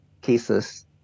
cases